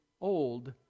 old